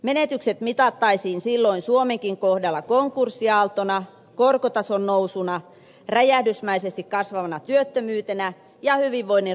menetykset mitattaisiin silloin suomenkin kohdalla konkurssiaaltona korkotason nousuna räjähdysmäisesti kasvavana työttömyytenä ja hyvinvoinnin romahtamisena